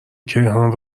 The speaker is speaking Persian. کیهان